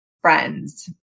friends